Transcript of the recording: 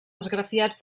esgrafiats